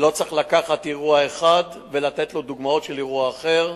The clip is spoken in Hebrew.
ולא צריך לקחת אירוע אחד ולתת לו דוגמאות של אירוע אחר.